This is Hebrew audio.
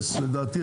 לדעתי,